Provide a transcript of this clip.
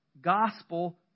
gospel